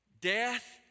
death